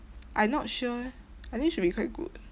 I not sure eh I think should be quite good